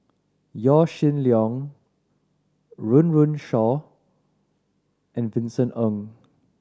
Yaw Shin Leong Run Run Shaw and Vincent Ng